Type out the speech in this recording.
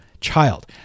child